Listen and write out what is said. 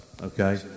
okay